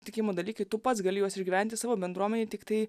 tikėjimo dalykai tu pats gali juos išgyventi savo bendruomenėj tiktai